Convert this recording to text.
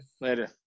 Later